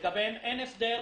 לגביהם אין הסדר,